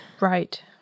Right